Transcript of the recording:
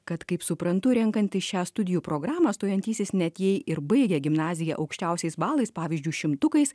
kad kaip suprantu renkantis šią studijų programą stojantysis net jei ir baigia gimnaziją aukščiausiais balais pavyzdžiui šimtukais